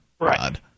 Right